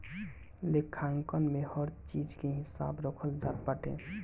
लेखांकन में हर चीज के हिसाब रखल जात बाटे